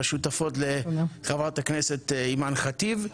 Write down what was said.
לשותפות לחברת הכנסת אימאן ח'טיב,